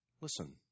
Listen